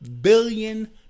billion